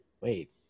wait